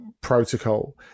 protocol